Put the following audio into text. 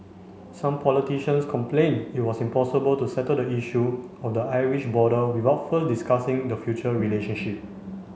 some politicians complained it was impossible to settle the issue of the Irish border without first discussing the future relationship